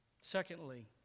Secondly